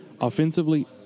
Offensively